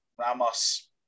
Ramos